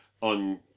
on